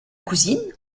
cousine